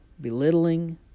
belittling